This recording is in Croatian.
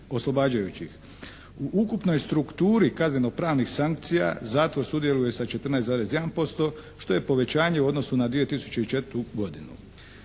U ukupnoj strukturi kazneno-pravnih sankcija zatvor sudjeluje sa 14,1% što je povećanje u odnosu na 2004. godinu.